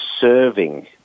serving